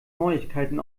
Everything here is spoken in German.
neuigkeiten